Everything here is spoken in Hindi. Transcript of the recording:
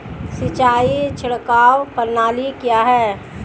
सिंचाई छिड़काव प्रणाली क्या है?